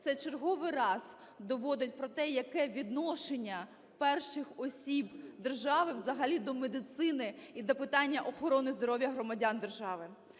це черговий раз доводить про те, яке відношення перших осіб держави взагалі до медицини і до питання охорони здоров'я громадян держави.